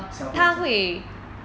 小便 ah 小便